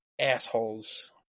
assholes